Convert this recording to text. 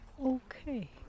okay